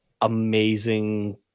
amazing